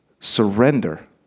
surrender